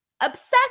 obsessed